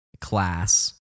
class